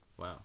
Wow